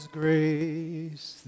grace